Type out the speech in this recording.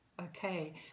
Okay